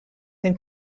then